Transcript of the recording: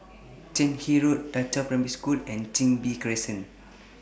Cairnhill Road DA Qiao Primary School and Chin Bee Crescent